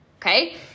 okay